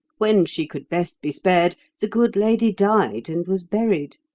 when she could best be spared, the good lady died and was buried.